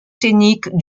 scéniques